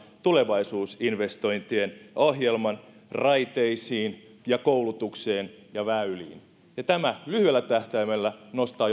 tulevaisuusinvestointien ohjelman raiteisiin ja koulutukseen ja väyliin tämä jo lyhyellä tähtäimellä nostaa